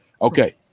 Okay